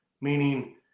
Meaning